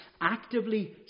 actively